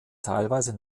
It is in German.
teilweise